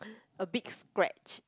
a big scratch